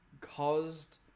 caused